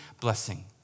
blessing